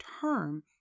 term